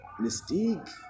Mystique